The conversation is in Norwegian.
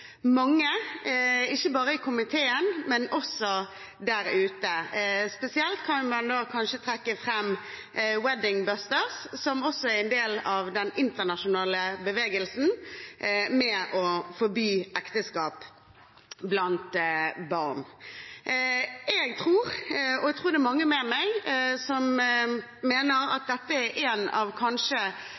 mange, ikke bare i komiteen, men også der ute. Spesielt kan man kanskje trekke fram Wedding Busters, som også er en del av den internasjonale bevegelsen for å forby ekteskap blant barn. Jeg – og jeg tror mange med meg – mener at dette kanskje er en av